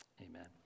Amen